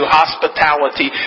hospitality